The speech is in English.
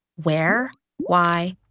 where, why,